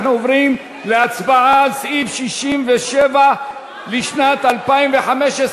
אנחנו עוברים להצבעה על סעיף 67 לשנת 2015,